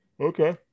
Okay